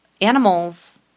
animals